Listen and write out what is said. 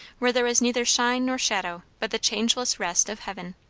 where there was neither shine nor shadow, but the changeless rest of heaven.